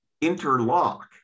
interlock